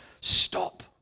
stop